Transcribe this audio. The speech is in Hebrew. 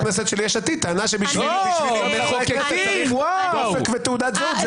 הכנסת של יש עתיד טענה שלחוקק צריך תעודת זהות.